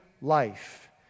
life